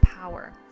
power